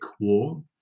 War